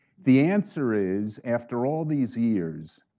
the answer is, after all these years,